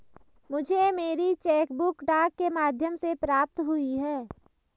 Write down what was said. मुझे मेरी cheque book डाक के माध्यम से प्राप्त हुई है